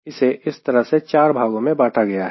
इसे इस तरह से चार भागों में बांटा गया है